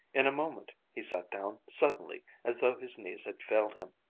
in a moment, he sat down suddenly, as though his knees had failed him.